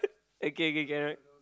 okay okay can right